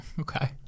okay